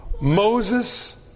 Moses